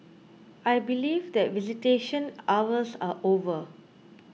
I believe that visitation hours are over